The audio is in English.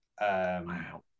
Wow